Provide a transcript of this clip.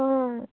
অঁ